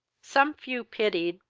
some few pitied,